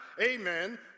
amen